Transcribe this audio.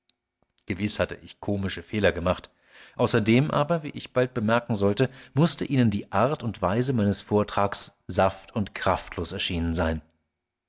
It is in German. gewiß hatte ich komische fehler gemacht außerdem aber wie ich bald merken sollte mußte ihnen die art und weise meines vortrags saft und kraftlos erschienen sein